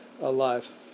alive